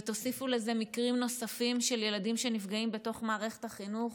ותוסיפו לזה מקרים נוספים של ילדים שנפגעים בתוך מערכת החינוך.